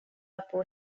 upon